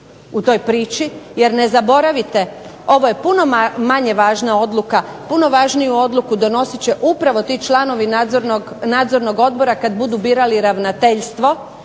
u toj priči, jer ne zaboravite ovo je puno manje važna odluka, puno važniju odluku donosit će upravo ti članovi nadzornog odbora kad budu birali ravnateljstvo,